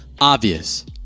obvious